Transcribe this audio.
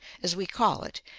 as we call it,